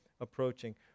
approaching